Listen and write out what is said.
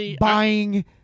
buying